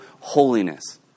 holiness